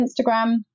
Instagram